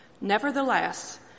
Nevertheless